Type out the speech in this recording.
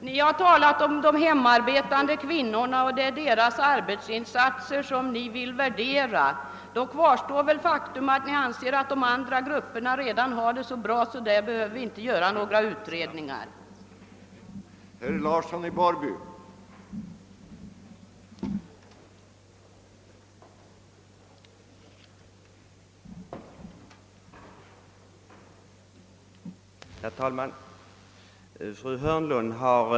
Herr talman! Ni har talat om de hemarbetande kvinnorna, och det är deras arbetsinsatser ni vill värdera. Då kvarstår väl det faktum att ni anser att de andra grupperna redan har det så bra att det inte behövs några utredningar för dem?